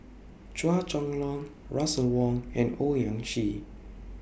Chua Chong Long Russel Wong and Owyang Chi